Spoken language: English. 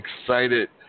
excited